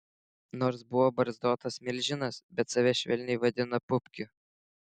nors buvo barzdotas milžinas bet save švelniai vadino pupkiu